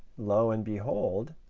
lo and behold,